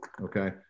okay